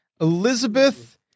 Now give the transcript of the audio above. Elizabeth